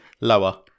Lower